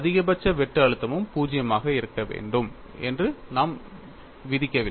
அதிகபட்ச வெட்டு அழுத்தமும் 0 ஆக இருக்க வேண்டும் என்று நாம் விதிக்கவில்லை